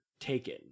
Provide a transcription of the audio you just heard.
taken